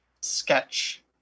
Sketch